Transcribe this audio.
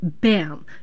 BAM